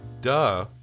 Duh